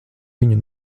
viņu